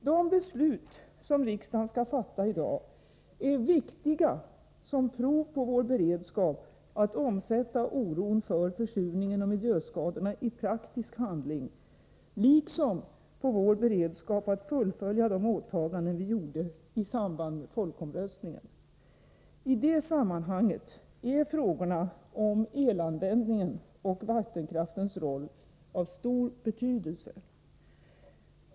De beslut som riksdagen skall fatta i dag är viktiga som prov på vår beredskap att omsätta oron för försurningen och miljöskadorna i praktisk handling liksom på vår beredskap att fullfölja de åtaganden vi gjorde i samband med folkomröstningen. I det sammanhanget är frågorna om elanvändningen och vattenkraftens roll av stor betydelse.